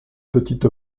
petite